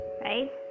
right